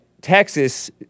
Texas